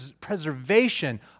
preservation